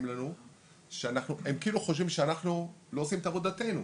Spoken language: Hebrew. הם כאילו חושבים שאנחנו לא עושים את עבודתנו.